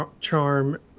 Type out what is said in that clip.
charm